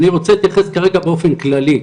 אני רוצה להתייחס כרגע באופן כללי.